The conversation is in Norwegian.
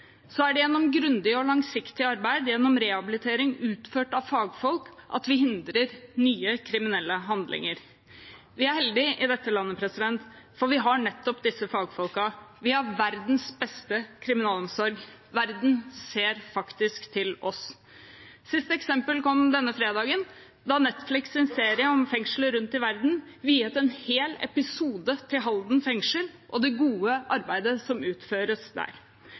Så er det gjennom grundig og langsiktig arbeid, gjennom rehabilitering utført av fagfolk, at vi hindrer nye kriminelle handlinger. Vi er heldige i dette landet, for vi har nettopp disse fagfolkene, vi har verdens beste kriminalomsorg – verden ser faktisk til oss. Siste eksempel kom denne fredagen, da Netflix’ serie om fengsler rundt i verden viet en hel episode til Halden fengsel og det gode arbeidet som utføres der.